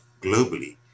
globally